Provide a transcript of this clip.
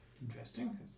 Interesting